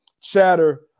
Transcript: chatter